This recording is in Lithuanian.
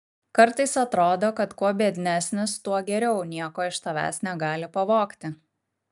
kartais atrodo kad kuo biednesnis tuo geriau nieko iš tavęs negali pavogti